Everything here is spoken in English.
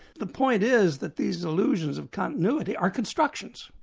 the point is, that these illusions of continuity are constructions,